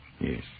Yes